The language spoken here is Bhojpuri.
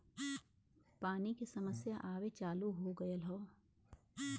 पानी के समस्या आवे चालू हो गयल हौ